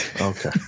Okay